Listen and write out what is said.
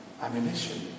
Ammunition